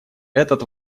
этот